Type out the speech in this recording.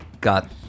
got